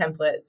templates